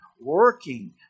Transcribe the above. working